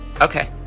Okay